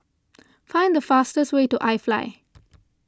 find the fastest way to IFly